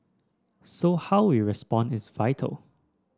so how we respond is vital